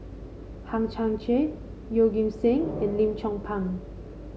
Hang Chang Chieh Yeoh Ghim Seng and Lim Chong Pang